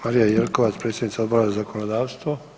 Marija Jelkovac, predsjednica Odbora za zakonodavstvo.